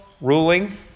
ruling